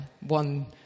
one